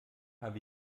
habe